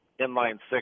inline-six